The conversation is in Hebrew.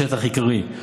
שטח עיקרי,